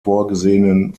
vorgesehenen